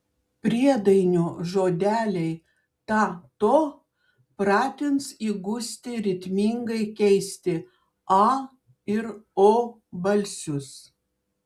priedainio žodeliai ta to pratins įgusti ritmingai keisti a ir o balsius